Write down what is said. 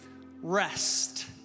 rest